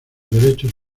derechos